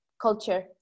culture